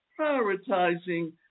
prioritizing